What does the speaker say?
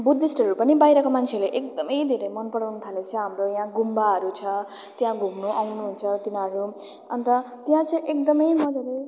बुद्धिष्ठहरू पनि बाहिरको मान्छेहरू एकदमै धेरै मनपराउनु थालेको छ हाम्रो यहाँ गुम्बाहरू छ त्यहाँ घुम्नु आउनुहुन्छ तिनीहरू अन्त त्यहाँ चाहिँ एकदमै मजाले